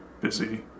busy